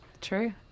True